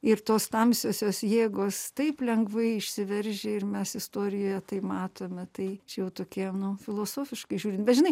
ir tos tamsiosios jėgos taip lengvai išsiveržia ir mes istorijoje tai matome tai čia jau tokie nu filosofiškai žiūrint bet žinai